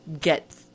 get